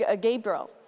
Gabriel